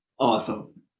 Awesome